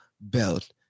belt